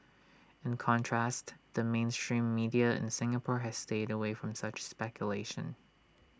in contrast the mainstream media in Singapore has stayed away from such speculation